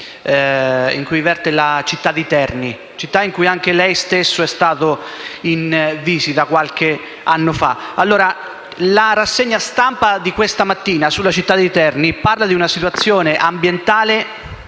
in cui versa la città di Terni, in cui anche lei stesso è stato in visita qualche anno fa. La rassegna stampa di questa mattina sulla città di Terni parla di una situazione ambientale